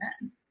men